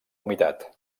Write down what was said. humitat